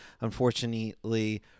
Unfortunately